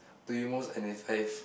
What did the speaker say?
do you most identify